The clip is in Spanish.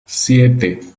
siete